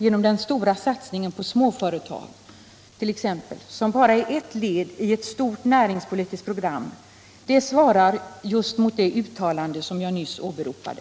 genom den stora satsningen på småföretag, som bara är ett led i ett stort näringspolitiskt program, svarar mot det uttalande som jag nyss åberopade.